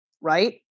Right